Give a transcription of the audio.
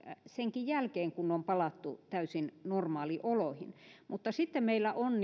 senkin jälkeen kun on palattu täysin normaalioloihin sitten meillä on